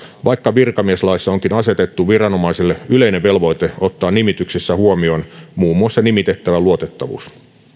vaikka virkamieslaissa onkin asetettu viranomaisille yleinen velvoite ottaa nimityksissä huomioon muun muassa nimitettävän luotettavuus